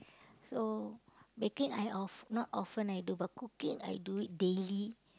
so baking I of not often I do but cooking I do it daily